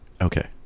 Okay